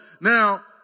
Now